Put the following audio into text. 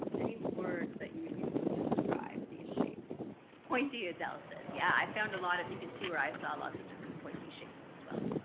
any words that you would use to describe these shapes pointy adele says yeah i found a lot of you can see where i saw lots of different pointy shapes as well